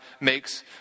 makes